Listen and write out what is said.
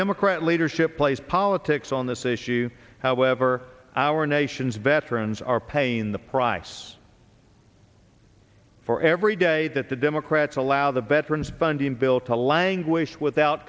democrat leadership plays politics on this issue however our nation's veterans are paying the price for every day that the democrats allow the veterans bundy and bill to languish without